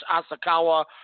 Asakawa